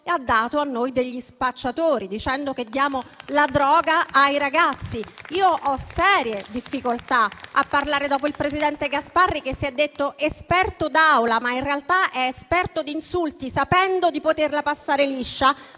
ha dato a noi degli spacciatori, dicendo che diamo la droga ai ragazzi. Io ho serie difficoltà a parlare dopo il presidente Gasparri, che si è detto esperto d'Aula, ma in realtà è esperto di insulti, sapendo di poterla passare liscia